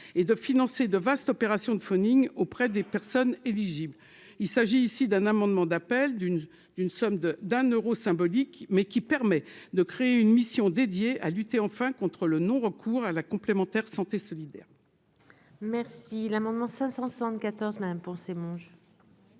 et de financer de vastes opérations de phoning auprès des personnes éligibles, il s'agit ici d'un amendement d'appel d'une d'une somme de d'un Euro symbolique mais qui permet de créer une mission dédiée à lutter enfin contre le non-recours à la complémentaire santé solidaire. Merci l'amendement 574 madame pour ces Mondiaux.